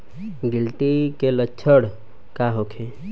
गिलटी के लक्षण का होखे?